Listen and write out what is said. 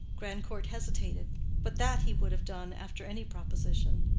grandcourt hesitated but that he would have done after any proposition.